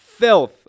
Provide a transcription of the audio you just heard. Filth